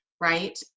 right